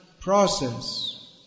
process